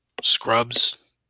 Scrubs